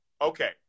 okay